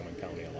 County